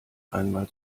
einmal